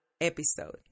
episode